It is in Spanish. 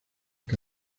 que